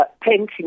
painting